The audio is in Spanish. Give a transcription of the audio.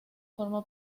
forma